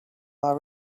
are